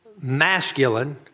masculine